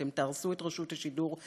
אתם תהרסו את רשות השידור,